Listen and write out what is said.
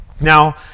Now